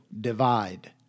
divide